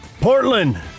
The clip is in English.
Portland